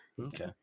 okay